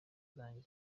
zanjye